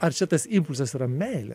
ar čia tas impulsas yra meilė